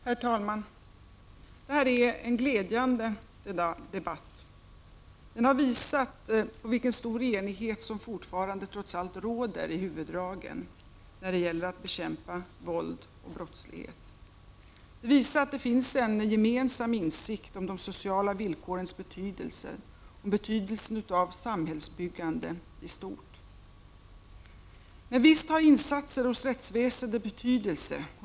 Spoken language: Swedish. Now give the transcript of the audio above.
Herr talman! Det här är en glädjande debatt. Den har visat vilken stor enighet som trots allt fortfarande råder i huvuddragen när det gäller att bekämpa våld och brottslighet. Den visar att det finns en gemensam insikt om de sociala villkorens betydelse och betydelsen av samhällsbyggande i stort. Men visst har insatser hos rättsväsendet betydelse.